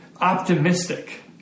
optimistic